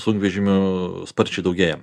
sunkvežimių sparčiai daugėja